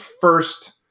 first